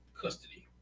custody